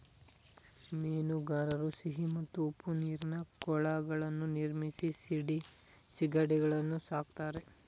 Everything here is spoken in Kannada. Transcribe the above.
ಮೀನುಗಾರರು ಸಿಹಿ ಮತ್ತು ಉಪ್ಪು ನೀರಿನ ಕೊಳಗಳನ್ನು ನಿರ್ಮಿಸಿ ಸಿಗಡಿಗಳನ್ನು ಸಾಕ್ತರೆ